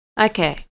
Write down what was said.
Okay